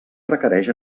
requereix